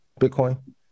Bitcoin